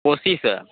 कोशीसॅं